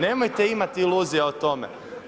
Nemojte imati iluzija o tome.